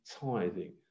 tithing